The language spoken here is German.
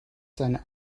seine